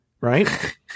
Right